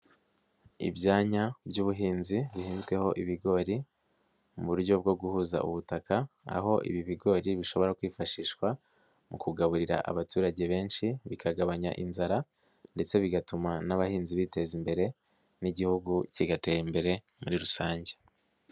Ibyanya by'ubuhinzi birenzweho ibigori mu buryo bwo guhuza ubutaka, aho ibi bigori bishobora kwifashishwa mu kugaburira abaturage benshi, bikagabanya inzara ndetse bigatuma n'abahinzi biteza imbere n'igihugu kigatera imbere muri rusange.